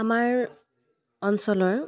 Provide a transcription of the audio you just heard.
আমাৰ অঞ্চলৰ